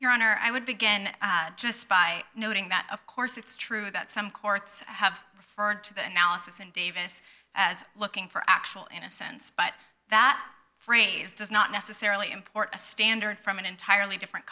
your honor i would begin just by noting that of course it's true that some courts have heard to the analysis and davis as looking for actual innocence but that phrase does not necessarily import a standard from an entirely different